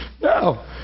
No